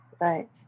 Right